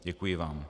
Děkuji vám.